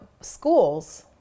schools